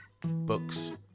books